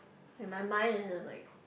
in my mind it was like